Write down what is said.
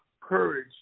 courage